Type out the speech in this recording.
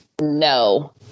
no